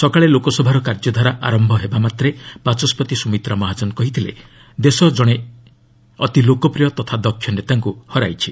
ସକାଳେ ଲୋକସଭାର କାର୍ଯ୍ୟଧାରା ଆରମ୍ଭ ହେବାମାତ୍ରେ ବାଚସ୍କତି ସୁମିତ୍ରା ମହାଜନ କହିଥିଲେ ଦେଶ ଜଣେ ଅତି ଲୋକପ୍ରିୟ ତଥା ଦକ୍ଷ ନେତାଙ୍କୁ ହରାଇଛି